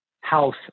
house